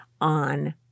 on